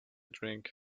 drink